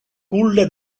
culla